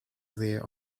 there